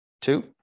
two